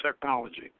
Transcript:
technology